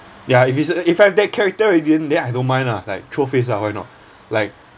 ya if it's a if I have that character already then I don't mind lah like throw face lah why not like